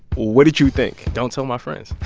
what did you think? don't tell my friends